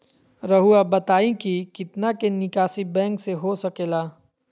रहुआ बताइं कि कितना के निकासी बैंक से हो सके ला?